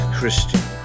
Christian